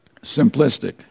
simplistic